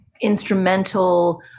instrumental